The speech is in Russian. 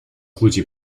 случае